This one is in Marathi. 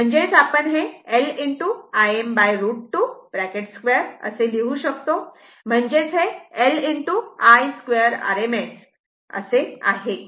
म्हणजेच आपण हे L Im√ 2 2 असे देहू शकतो म्हणजेच हे L Irms2 आहे